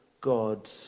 God